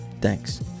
thanks